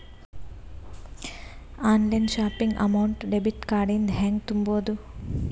Online shopping amount debit card ಇಂದ ಹೆಂಗ್ ತುಂಬೊದು?